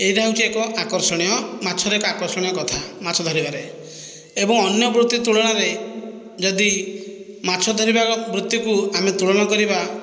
ଏଇଟା ହେଉଛି ଏକ ଆକର୍ଷଣୀୟ ମାଛର ଏକ ଆକର୍ଷଣୀୟ କଥା ମାଛ ଧରିବାରେ ଏବଂ ଅନ୍ୟ ବୃତ୍ତି ତୁଳନାରେ ଯଦି ମାଛ ଧରିବା ବୃତ୍ତିକୁ ଆମେ ତୁଳନା କରିବା